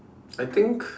I think